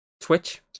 Twitch